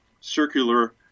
circular